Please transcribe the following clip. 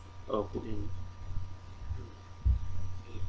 uh put in